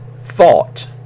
thought